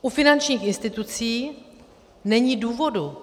U finančních institucí není důvodu.